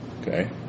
Okay